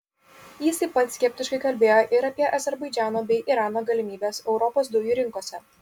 jis taip pat skeptiškai kalbėjo ir apie azerbaidžano bei irano galimybes europos dujų rinkose